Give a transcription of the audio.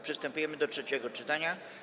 Przystępujemy do trzeciego czytania.